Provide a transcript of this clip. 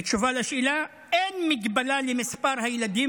בתשובה על שאלה: אין הגבלה על מספר הילדים